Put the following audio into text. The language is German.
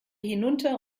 hinunter